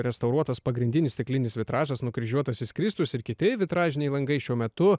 restauruotas pagrindinis stiklinis vitražas nukryžiuotasis kristus ir kiti vitražiniai langai šiuo metu